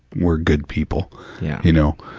we're good people yeah you know,